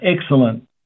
excellent